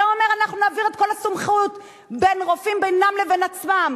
אתה אומר: אנחנו נעביר את כל הסמכות בין רופאים לבין עצמם.